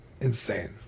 insane